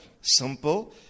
simple